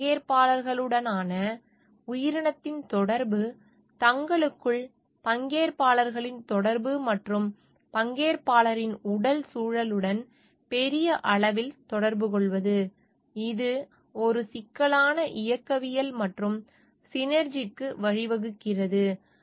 இந்த பங்கேற்பாளர்களுடனான உயிரினத்தின் தொடர்பு தங்களுக்குள் பங்கேற்பாளர்களின் தொடர்பு மற்றும் பங்கேற்பாளர்களின் உடல் சூழலுடன் பெரிய அளவில் தொடர்புகொள்வது இது ஒரு சிக்கலான இயக்கவியல் மற்றும் சினெர்ஜிக்கு வழிவகுக்கிறது